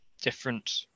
different